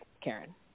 Karen